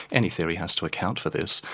any theory has to account for this.